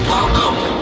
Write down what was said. Welcome